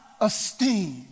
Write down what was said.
esteem